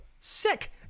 Sick